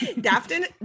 Daphne